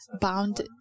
bound